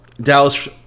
Dallas